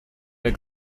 der